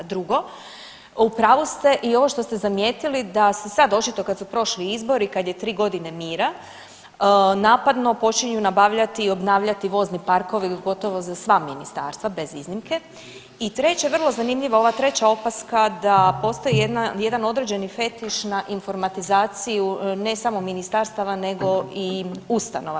Drugo, u pravu ste i ovo što ste zamijetili da se sad očito, kad su prošli izbori, kad je 3 godine mira, napadno počinju nabavljati i obnavljati vozni parkovi, gotovo za sva ministarstva, bez iznimke i treće, vrlo zanimljivo, ova treća opaska da postoji jedna, jedan određeni fetiš na informatizaciju ne samo ministarstava nego i ustanova.